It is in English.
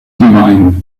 divine